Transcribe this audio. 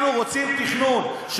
אנחנו רוצים תכנון,